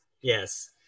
Yes